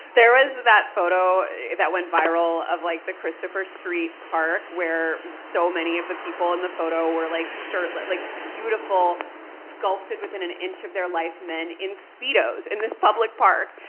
there was that photo that went viral of like the christopher street park, where so many of the people in the photo were like shirtless, like beautiful, sculpted within an inch of their life men in speedos in this public park.